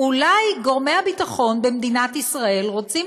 אולי גורמי הביטחון במדינת ישראל רוצים